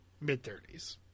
mid-30s